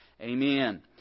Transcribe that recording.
Amen